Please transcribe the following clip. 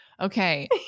Okay